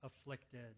afflicted